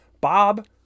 Bob